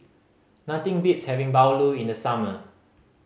nothing beats having bahulu in the summer